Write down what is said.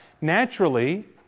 Naturally